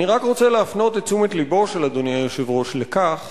אני רק רוצה להפנות את תשומת לבו של אדוני היושב-ראש לכך